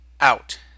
out